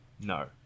no